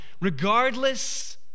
regardless